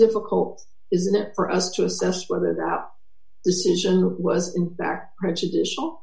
difficult isn't it for us to assess whether that decision was in fact prejudicial